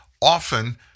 Often